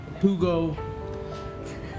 Hugo